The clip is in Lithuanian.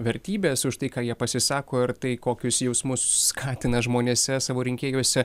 vertybės už tai ką jie pasisako ir tai kokius jausmus skatina žmonėse savo rinkėjuose